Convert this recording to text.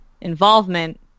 involvement